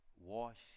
wash